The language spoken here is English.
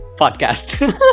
podcast